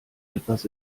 etwas